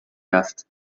رفت